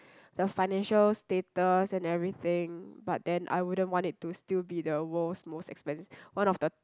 the financial status and everything but then I wouldn't want it to still be the world's most expensi~ one of the